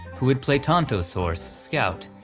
who would play tonto's horse, scout,